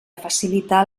facilitar